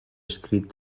escrit